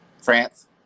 France